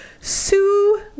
Sue